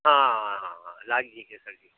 हाँ हाँ लाग सर जी